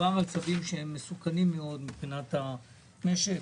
מדובר בצווים מסוכנים מאוד מבחינת המשק.